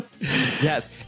yes